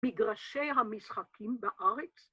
‫מגרשי המשחקים בארץ?